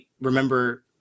remember